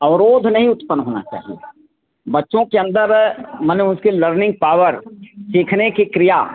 अवरोध नहीं उत्पन्न होना चाहिए बच्चों के अंदर माने उसकी लर्निंग पावर सीखने की क्रिया